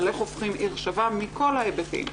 על איך הופכים עיר שווה מכל ההיבטים.